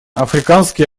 африканские